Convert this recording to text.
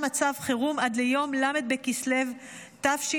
על מצב חירום עד ליום ל' בכסלו תשפ"ה,